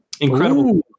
Incredible